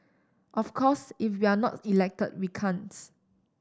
of course if we're not elected we can't